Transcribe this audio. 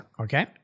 Okay